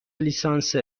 لیسانست